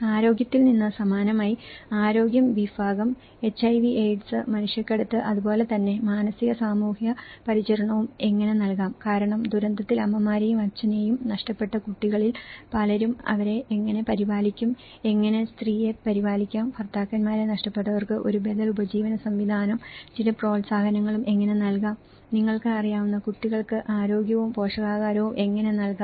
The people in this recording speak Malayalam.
ആരോഗ്യത്തിൽ നിന്ന് സമാനമായി ആരോഗ്യ വിഭാഗം എച്ച്ഐവി എയ്ഡ്സ് മനുഷ്യക്കടത്ത് അതുപോലെ തന്നെ മാനസിക സാമൂഹിക പരിചരണവും എങ്ങനെ നൽകാം കാരണം ദുരന്തത്തിൽ അമ്മമാരെയും അച്ഛനെയും നഷ്ടപ്പെട്ട കുട്ടികളിൽ പലരും അവരെ എങ്ങനെ പരിപാലിക്കും എങ്ങനെ സ്ത്രീയെ പരിപാലിക്കാം ഭർത്താക്കന്മാരെ നഷ്ടപ്പെട്ടവർക്ക് ഒരു ബദൽ ഉപജീവന സംവിധാനവും ചില പ്രോത്സാഹനങ്ങളും എങ്ങനെ നൽകാം നിങ്ങൾക്ക് അറിയാവുന്ന കുട്ടികൾക്ക് ആരോഗ്യവും പോഷകാഹാരവും എങ്ങനെ നൽകാം